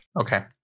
Okay